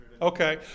Okay